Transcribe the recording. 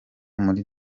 muri